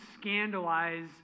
scandalize